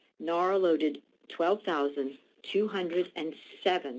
nara loaded twelve thousand two hundred and seven